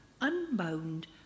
unbound